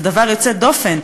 זה דבר יוצא דופן,